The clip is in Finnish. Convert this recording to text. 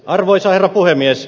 arvoisa puhemies